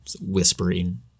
whispering